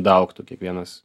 daaugtų kiekvienas